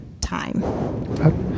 time